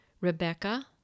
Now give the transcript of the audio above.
Rebecca